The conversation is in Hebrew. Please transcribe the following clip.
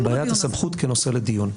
בעיית הסמכות כנושא לדיון.